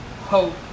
hope